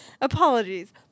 Apologies